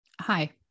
Hi